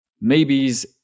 maybes